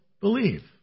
believe